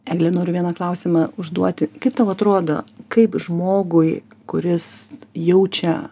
egle noriu vieną klausimą užduoti kaip tau atrodo kaip žmogui kuris jaučia